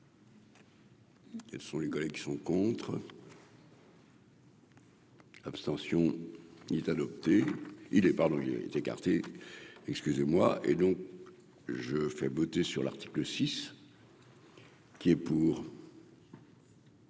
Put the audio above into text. Quelles sont les collègues qui sont contre. Abstention : il est adopté, il est, pardon, il a écarté excusez-moi et non je fais voter sur l'article 6 qui est pour.